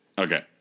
Okay